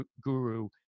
guru